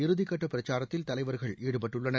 இறுதிகட்ட பிரச்சாரத்தில் தலைவர்கள் ஈடுபட்டுள்ளனர்